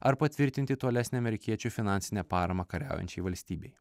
ar patvirtinti tolesnę amerikiečių finansinę paramą kariaujančiai valstybei